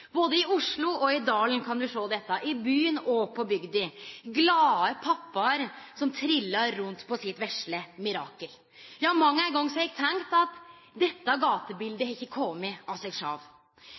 Både i Oslo og på Dalen, i byen og på bygda, kan du sjå dette: glade pappaer som trillar rundt på sitt vesle mirakel. Ja, mang ein gong har eg tenkt: Dette